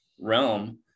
realm